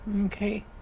Okay